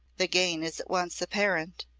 the gain is at once apparent.